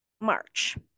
March